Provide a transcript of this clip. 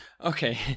Okay